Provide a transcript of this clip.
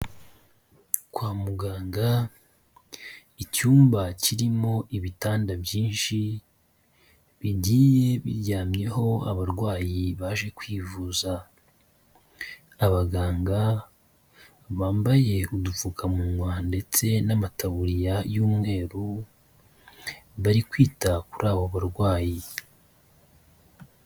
Kwa muganga icyumba kirimo ibitanda byinshi bigiye biryamyeho abarwayi baje kwivuza, abaganga bambaye udupfukamunwa ndetse n'amataburiya y'umweru bari kwita kuri abo barwayi.